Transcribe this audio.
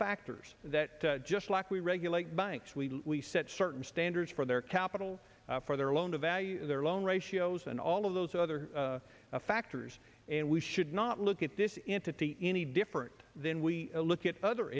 factors that just like we regulate banks we set certain standards for their capital for their loan to value their loan ratios and all of those other factors and we should not look at this entity any different than we look at other